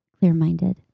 clear-minded